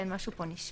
כן, משהו פה נשמט.